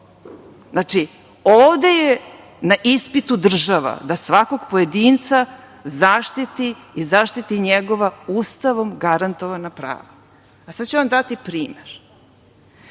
Znači, ovde je na ispitu država, da svakog pojedinca zaštiti i zaštiti njegova Ustavom garantovana prava. Sad ću vam dati primer.